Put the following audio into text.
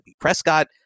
Prescott